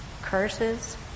Curses